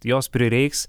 jos prireiks